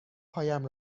هایم